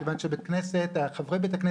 מכיוון שבתי כנסת עצמם,